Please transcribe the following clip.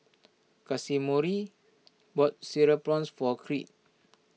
Casimiro bought Cereal Prawns for Creed